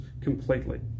completely